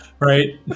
Right